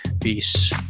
Peace